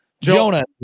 jonah